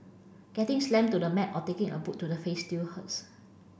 getting slammed to the mat or taking a boot to the face still hurts